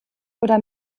oder